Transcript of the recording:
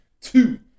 Two